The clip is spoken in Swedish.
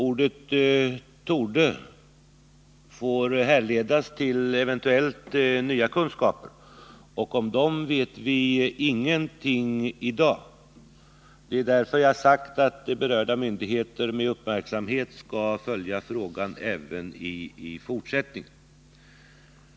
Ordet ”torde” hänsyftar på eventuella nya kunskaper, och om dem vet vi i dag ingenting. Det är därför jag har sagt att berörda myndigheter med uppmärksamhet skall följa frågan även i fortsättningen.